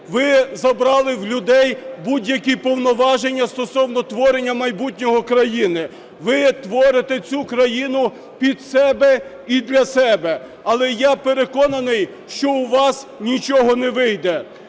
Ви забрали в людей будь-які повноваження стосовно творення майбутнього країни. Ви творите цю країну під себе і для себе. Але я переконаний, що у вас нічого не вийде.